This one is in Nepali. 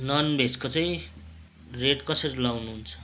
नन भेजको चाहिँ रेट कसरी लाउनुहुन्छ